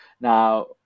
now